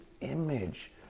image